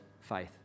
faith